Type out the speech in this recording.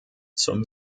zum